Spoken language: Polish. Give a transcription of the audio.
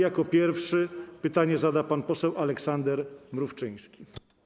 Jako pierwszy pytanie zada pan poseł Aleksander Mrówczyński.